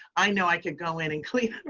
i know i could go in and clean